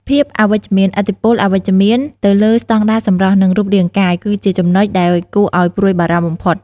ភាពអវិជ្ជមានឥទ្ធិពលអវិជ្ជមានទៅលើស្តង់ដារសម្រស់ និងរូបរាងកាយ គឺជាចំណុចដែលគួរឲ្យព្រួយបារម្ភបំផុត